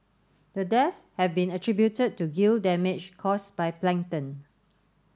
the deaths have been attributed to gill damage caused by plankton